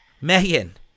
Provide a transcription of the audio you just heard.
Megan